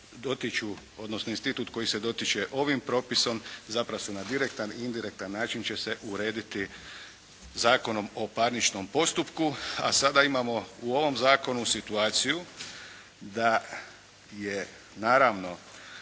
odnosno institut koji se dotiče ovim propisom zapravo na direktan i indirektan način će se urediti Zakonom o parničnom postupku. A sada imamo u ovom zakonu situaciju da je naravno